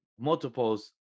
multiples